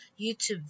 YouTube